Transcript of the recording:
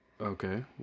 Okay